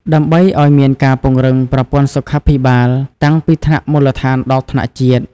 ដើម្បីឲ្យមានការពង្រឹងប្រព័ន្ធសុខាភិបាល តាំងពីថ្នាក់មូលដ្ឋានដល់ថ្នាក់ជាតិ។